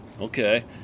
okay